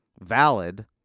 valid